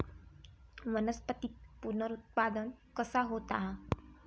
वनस्पतीत पुनरुत्पादन कसा होता?